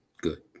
good